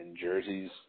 jerseys